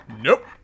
nope